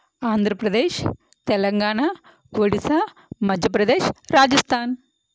Andhra Pradesh Telangana Odisha Madhya Pradesh Rajasthan